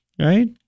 right